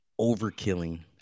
overkilling